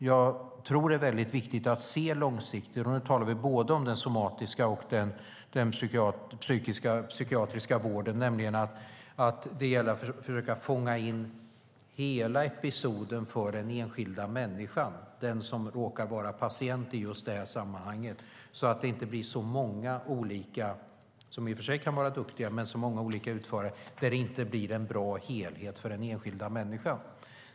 Jag tror att det är viktigt, och nu talar jag om både den somatiska och den psykiatriska vården, att försöka fånga in hela episoden för den enskilda människan, den som råkar vara patient i sammanhanget, så att det inte blir så många olika utförare - som i och för sig kan vara duktiga - att det inte blir en bra helhet för den enskilda människan.